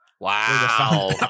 wow